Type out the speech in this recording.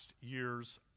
year's